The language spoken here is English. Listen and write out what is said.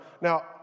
Now